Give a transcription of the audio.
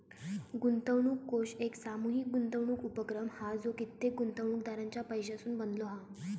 गुंतवणूक कोष एक सामूहीक गुंतवणूक उपक्रम हा जो कित्येक गुंतवणूकदारांच्या पैशासून बनलो हा